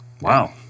Wow